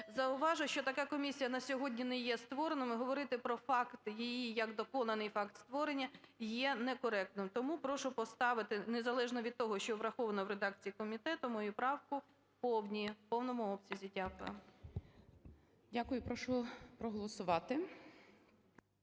Зауважу, що така комісія на сьогодні не є створеною, і говорити про факт її як доконаний факт створення є некоректним. Тому прошу поставити незалежно від того, що враховано в редакції комітетом, мою правку в повному обсязі. Дякую. ГОЛОВУЮЧИЙ. Дякую. Прошу проголосувати.